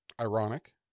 Ironic